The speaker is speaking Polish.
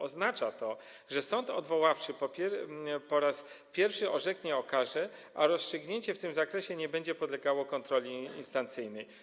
Oznacza to, że sąd odwoławczy po raz pierwszy orzeknie o karze, a rozstrzygnięcie w tym zakresie nie będzie podlegało kontroli instancyjnej.